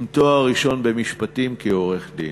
עם תואר ראשון במשפטים, כעורך-דין.